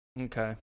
Okay